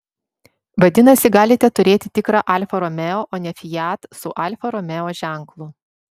vadinasi galite turėti tikrą alfa romeo o ne fiat su alfa romeo ženklu